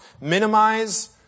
minimize